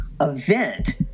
event